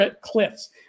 cliffs